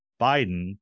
Biden